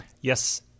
Yes